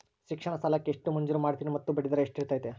ಶಿಕ್ಷಣ ಸಾಲಕ್ಕೆ ಎಷ್ಟು ಮಂಜೂರು ಮಾಡ್ತೇರಿ ಮತ್ತು ಬಡ್ಡಿದರ ಎಷ್ಟಿರ್ತೈತೆ?